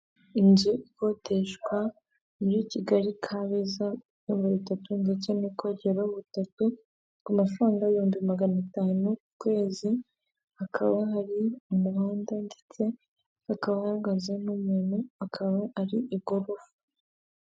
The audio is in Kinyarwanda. Inzu ikodeshwa muri Kigali Kabeza, y'ibyumba bitatu ndetse n'ubwogero butatu, ku mafaranga ibihumbi magana atanu ku kwezi, hakaba hari umuhanda ndetse hakaba hahagaze n'umuntu akaba ari igorofa.